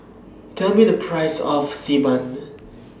Tell Me The Price of Xi Ban